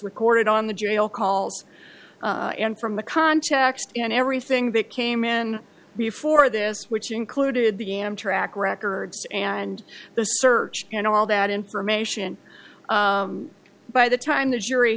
recorded on the jail calls and from the context and everything that came in before this which included the amtrak records and the search and all that information by the time the jury